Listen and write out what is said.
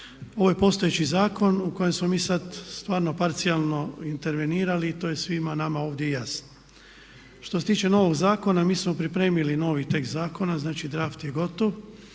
Ovo je postojeći zakon u kojem smo mi sad stvarno parcijalno intervenirali i to je svima nama ovdje jasno. Što se tiče novog zakona mi smo pripremili novi tekst zakona, znači draft je gotovo.